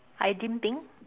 I didn't think